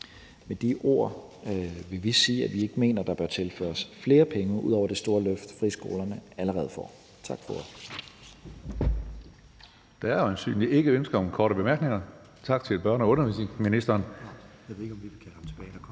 Med de ord vil vi sige, at vi ikke mener, at der bør tilføres flere penge ud over det store løft, friskolerne allerede får. Tak for